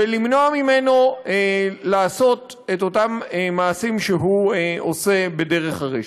ולמנוע ממנו לעשות את אותם מעשים שהוא עושה ברשת.